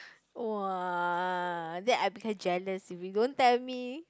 !woah! that I become jealous if you don't tell me